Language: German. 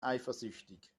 eifersüchtig